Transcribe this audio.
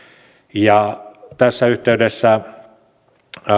tässä yhteydessä